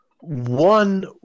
one